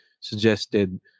suggested